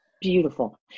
Beautiful